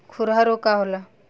खुरहा रोग का होला?